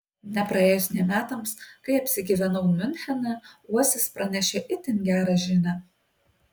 nepraėjus nė metams kai apsigyvenau miunchene uosis pranešė itin gerą žinią